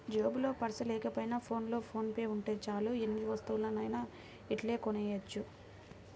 జేబులో పర్సు లేకపోయినా ఫోన్లో ఫోన్ పే ఉంటే చాలు ఎన్ని వస్తువులనైనా ఇట్టే కొనెయ్యొచ్చు